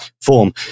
form